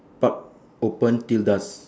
park open till dusk